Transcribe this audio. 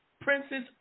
Princess